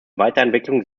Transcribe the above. weiterentwicklung